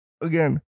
again